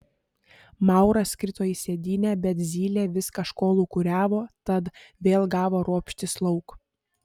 mauras krito į sėdynę bet zylė vis kažko lūkuriavo tad vėl gavo ropštis lauk